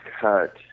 cut